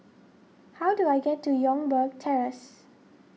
how do I get to Youngberg Terrace